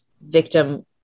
victim